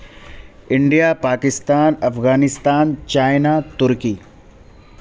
India Pakistan Afghanistan China Turkey